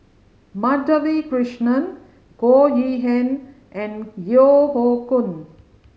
Madhavi Krishnan Goh Yihan and Yeo Hoe Koon